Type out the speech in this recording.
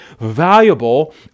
valuable